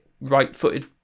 right-footed